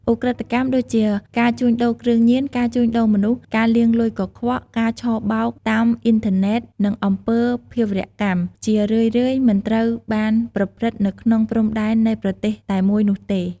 ឧក្រិដ្ឋកម្មដូចជាការជួញដូរគ្រឿងញៀន ការជួញដូរមនុស្ស ការលាងលុយកខ្វក់ ការឆបោកតាមអ៊ីនធឺណិត និងអំពើភេរវកម្ម ជារឿយៗមិនត្រូវបានប្រព្រឹត្តនៅក្នុងព្រំដែននៃប្រទេសតែមួយនោះទេ។